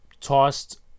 tossed